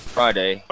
Friday